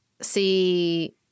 see